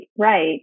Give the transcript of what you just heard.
right